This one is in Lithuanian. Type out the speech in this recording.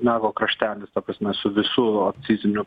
nago kraštelis ta prasme su visu akciziniu